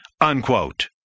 unquote